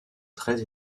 très